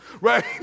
right